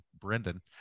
Brendan